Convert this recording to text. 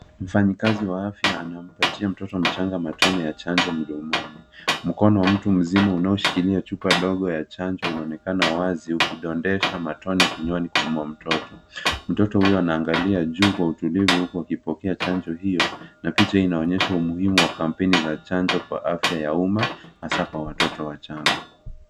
Mfanyakazi wa afya anampatia mtoto mchanga matone ya chanjo mdomoni. Mkono wa mtu mzima unaoshikilia chupa ndogo ya chanjo unaonekana wazi ukidondesha matone kinywani mwa mtoto. Mtoto huyo anaangalia juu kwa utulivu huku akipokea chanjo hiyo na picha inaonyesha umuhimu wa kampeni za chanjo kwa afya ya uma hasa kwa watoto wachanga.